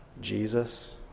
Jesus